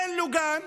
אין להם גן.